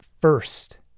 First